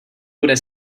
bude